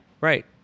Right